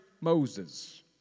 Moses